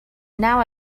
now